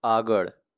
આગળ